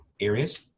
areas